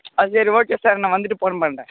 ஆ சரி okay sir நான் வந்துவிட்டு போன் பண்ணுறேன்